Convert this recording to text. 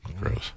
Gross